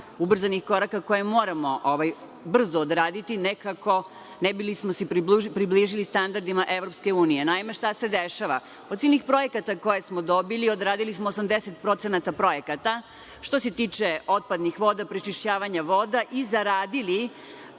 ubrzanih koraka koje moramo brzo odraditi nekako, ne bili smo se približili standardima Evropske unije. Naime, šta se dešava? Od silnih projekata koje smo dobili odradili smo 80% projekata, što se tiče otpadnih voda, prečišćavanja voda i zaradili